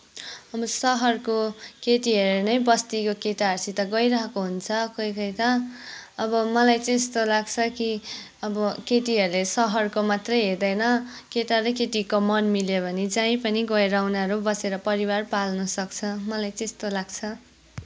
अब सहरको केटीहरू नै बस्तीको केटाहरूसित गइरहेको हुन्छ कोही कोही त अब मलाई चाहिँ यस्तो लाग्छ कि अब केटीहरूले सहरको मात्रै हेर्दैन केटा र केटीको मन मिल्यो भने जहीँ पनि गएर उनीहरू बसेर परिवार पाल्न सक्छ मलाई चाहिँ यस्तो लाग्छ